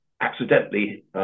accidentally